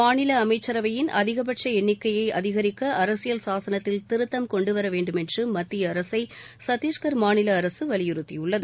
மாநில அமைச்சரவையின் அதிகபட்ச எண்ணிக்கையை அதிகரிக்க அரசியல் சாசனத்தில் திருத்தம் கொண்டுவர வேண்டுமென்று மத்திய அரசை சத்தீஸ்கர் மாநில அரசு வலியுறுத்தியுள்ளது